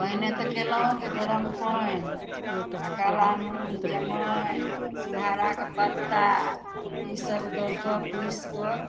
पहिने तऽ कयलहुँ जे गरम पानि आओर काला नून जमाइन सिङ्गहाराके पत्ता ई सब दऽ कऽ पीस कऽ